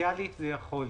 פוטנציאלית זה יכול להיות.